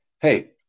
hey